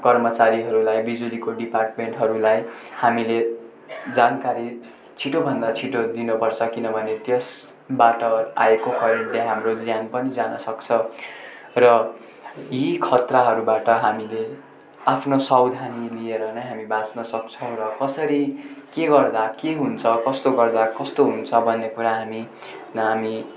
कर्मचारीहरूलाई बिजुलीको डिपार्टमेन्टहरूलाई हामीले जानकारी छिटोभन्दा छिटो दिनुपर्छ किनभने त्यसबाट आएको करेन्टले हाम्रो ज्यान पनि जानसक्छ र यी खतराहरूबाट हामीले आफ्नो सावधानी लिएर नै हामी बाँच्न सक्छौँ र कसरी के गर्दा के हुन्छ कस्तो गर्दा कस्तो हुन्छ भन्ने कुरा हामी र हामी